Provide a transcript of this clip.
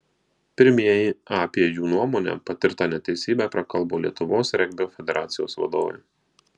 pirmieji apie jų nuomone patirtą neteisybę prakalbo lietuvos regbio federacijos vadovai